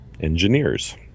engineers